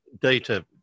data